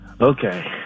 Okay